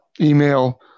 email